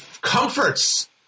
comforts